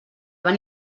van